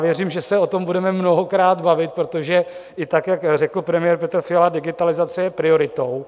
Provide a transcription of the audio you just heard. Věřím, že se o tom budeme mnohokrát bavit, protože i tak, jak řekl premiér Petr Fiala, digitalizace je prioritou.